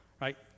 Right